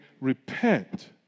repent